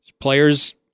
Players